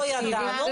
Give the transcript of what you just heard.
לא ידענו.